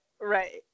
Right